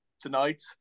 tonight